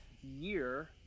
year